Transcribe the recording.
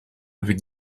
avec